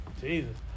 Jesus